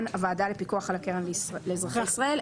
הוועדה לפיקוח על הקרן לאזרחי ישראל.